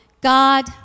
God